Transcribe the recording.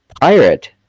Pirate